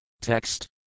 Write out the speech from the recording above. Text